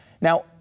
Now